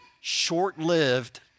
short-lived